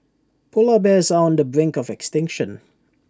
Polar Bears are on the brink of extinction